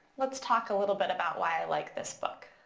let's talk a little bit about why i like this book.